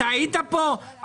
היית פה?